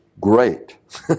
great